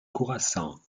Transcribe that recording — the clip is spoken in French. curaçao